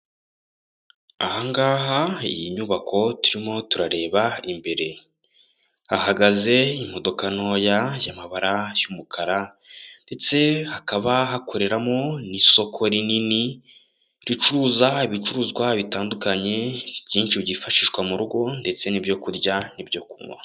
Aha ngaha iyi nyubako turimo turareba imbere, hahagaze imodoka ntoya y'amabara y'umukara ndetse hakaba hakoreramo n'isoko rinini ricuruza ibicuruzwa bitandukanye ibyinshi byifashishwa mu rugo ndetse n'ibyo kurya n'ibyo kunywa.